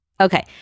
Okay